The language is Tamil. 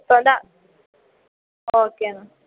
இப்போ வந்து ஓகேண்ணா